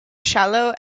shallow